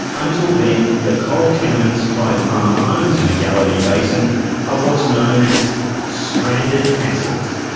until then, the coal tenements clive palmer owns in the galilee basin are what's known as stranded assets.